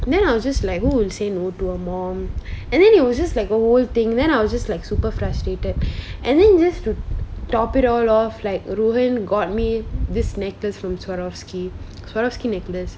then I was just like who would say no to a mom and then it was just like a whole thing then I was just like super frustrated and then you just to top it all off like rowen got me this necklace from Swarovski Swarovski necklace